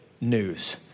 news